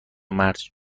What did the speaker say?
مرج